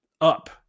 up